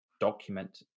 document